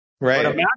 Right